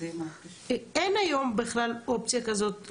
אין היום בכלל אופציה כזאת.